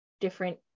different